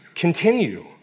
continue